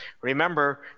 Remember